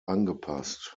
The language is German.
angepasst